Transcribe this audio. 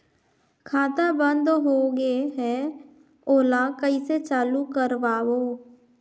खाता बन्द होगे है ओला कइसे चालू करवाओ?